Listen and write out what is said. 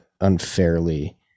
unfairly